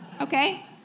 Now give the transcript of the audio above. Okay